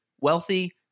wealthy